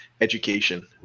education